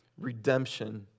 redemption